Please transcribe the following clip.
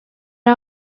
are